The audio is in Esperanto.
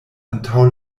antaŭ